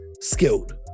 skilled